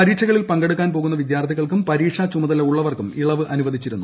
പരീക്ഷകളിൽ ് പങ്കെടുക്കാൻ പോകുന്ന വിദ്യാർത്ഥികൾക്കും പരീക്ഷ് ചുമതല ഉള്ളവർക്കും ഇളവ് അനുവദിച്ചിരുന്നു